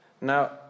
Now